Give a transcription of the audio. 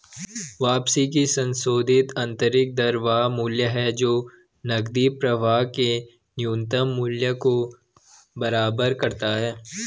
वापसी की संशोधित आंतरिक दर वह मूल्य है जो नकदी प्रवाह के नवीनतम मूल्य को बराबर करता है